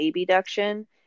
abduction